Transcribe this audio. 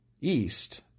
east –